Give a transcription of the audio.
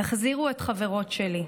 תחזירו את החברות שלי,